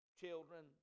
children